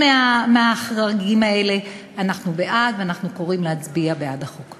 האם אני יכולה להבין מתשובתך שברגע שנבין שיהיו נכסים נוספים,